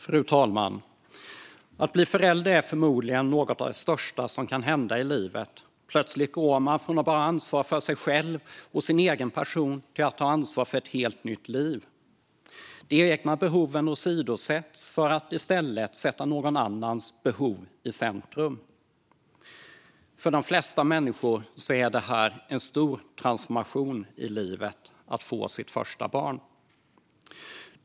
Fru talman! Att bli förälder är förmodligen något av det största som kan hända i livet. Plötsligt går man från att bara ha ansvar för sig själv och sin egen person till att ta ansvar för ett helt nytt liv. De egna behoven åsidosätts, och man sätter i stället någon annans behov i centrum. För de flesta människor är det en stor transformation i livet att få sitt första barn.